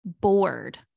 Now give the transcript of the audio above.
bored